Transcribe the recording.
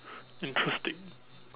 interesting